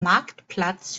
marktplatz